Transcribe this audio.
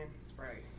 spray